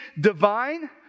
divine